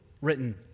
written